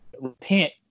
repent